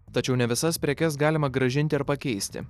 tačiau ne visas prekes galima grąžinti ar pakeisti